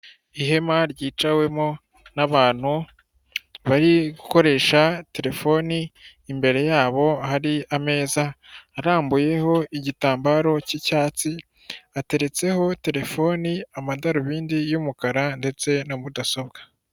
Ihema ryicawemo n'abantu bari gukoresha terefoni imbere yabo hari ameza arambuyeho igitambaro cy'icyatsi ateretseho terefone amadarubindi y'umukara ndetse na mudasobwa.